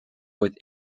with